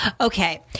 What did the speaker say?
Okay